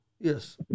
Yes